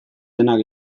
denak